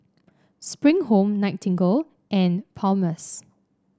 Spring Home Nightingale and Palmer's